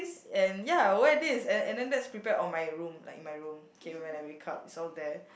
and ya wear this and and then let's prepare on my room like in my room okay when I wake up it's all there